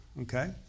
okay